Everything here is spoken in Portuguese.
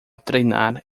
treinar